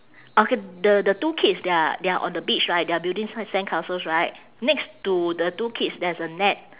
okay the the two kids they are they are on the beach right they are building s~ sandcastles right next to the two kids there's a net